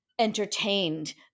entertained